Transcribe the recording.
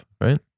right